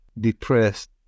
depressed